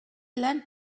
leant